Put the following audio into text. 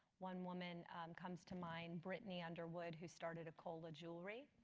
one woman comes to mind, brittany underwood, who started akola jewelry.